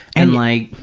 and like